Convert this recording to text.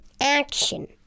action